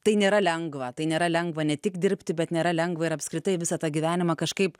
tai nėra lengva tai nėra lengva ne tik dirbti bet nėra lengva ir apskritai visą tą gyvenimą kažkaip